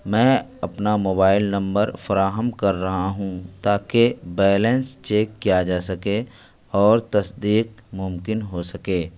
میں اپنا mobile number فراہم کر رہا ہوں تاکہ بیلنس چیک کیا جا سکے اور تصدیق ممکن ہو سکے